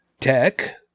tech